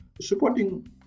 supporting